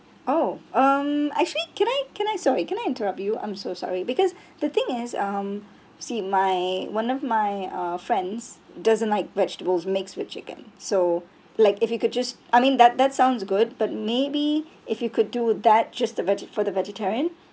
oh um actually can I can I sorry can I interrupt you I'm so sorry because the thing is um you see my one of my uh friends doesn't like vegetables mixed with chicken so like if you could just I mean that that sounds good but maybe if you could do that just the vege~ for the vegetarian